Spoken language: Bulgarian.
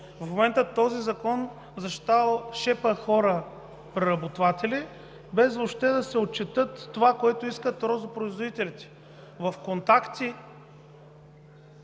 В момента този закон защитава шепа хора преработватели, без въобще да се отчете това, което искат розопроизводителите. В контакти